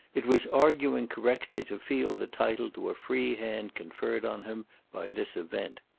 it was arguing correctly to feel the title to a free hand conferred on him by this event.